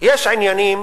יש עניינים